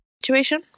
situation